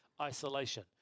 isolation